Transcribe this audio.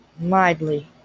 Mildly